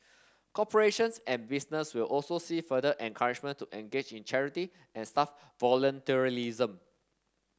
corporations and business will also see further encouragement to engage in charity and staff volunteerism